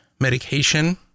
medication